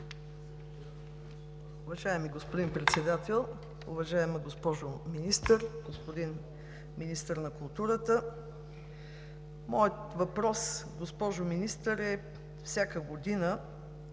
Уважаеми господин Председател, уважаема госпожо Министър, господин Министър на културата! Моят въпрос, госпожо Министър, всяка година